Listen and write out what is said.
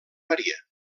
maria